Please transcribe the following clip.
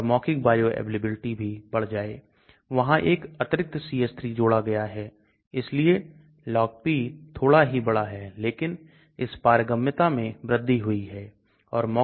LogP अब हो रहा है और घुलनशीलता बढ़ रही है लेकिन हम इस विशेष परिवर्तन की पारगम्यता के बारे में नहीं जानते हैं